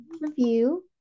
review